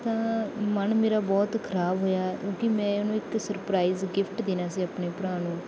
ਤਾਂ ਮਨ ਮੇਰਾ ਬਹੁਤ ਖਰਾਬ ਹੋਇਆ ਕਿਉਂਕਿ ਮੈਂ ਉਹਨੂੰ ਇੱਕ ਸਰਪ੍ਰਾਈਜ਼ ਗਿਫਟ ਦੇਣਾ ਸੀ ਆਪਣੇ ਭਰਾ ਨੂੰ